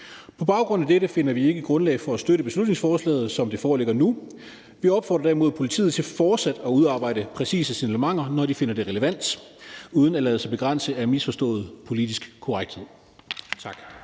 På baggrund af dette finder vi ikke grundlag for at støtte beslutningsforslaget, som det foreligger nu. Vi opfordrer derimod politiet til fortsat at udarbejde præcise signalementer, når de finder det relevant, uden at lade sig begrænse af misforstået politisk korrekthed.